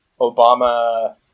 obama